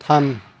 थाम